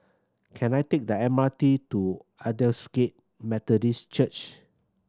can I take the M R T to Aldersgate Methodist Church